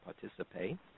participate